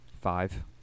Five